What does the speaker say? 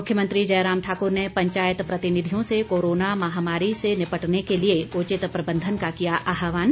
मुख्यमंत्री जयराम ठाकुर ने पंचायत प्रतिनिधियों से कोरोना महामारी से निपटने के लिए उचित प्रबंधन का किया आह्वान